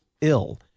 ill